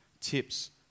tips